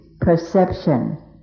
perception